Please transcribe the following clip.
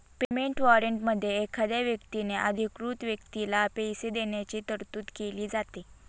payment वॉरंटमध्ये एखाद्या व्यक्तीने अधिकृत व्यक्तीला पैसे देण्याची तरतूद केली जाते